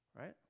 right